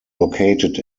located